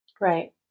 Right